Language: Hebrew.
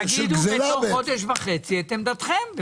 תגידו בתוך חודש וחצי את עמדתכם.